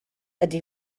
ydy